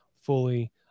fully